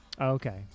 okay